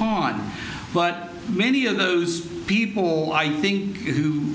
we're on but many of those people i think